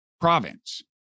province